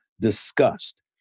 discussed